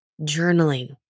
journaling